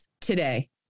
today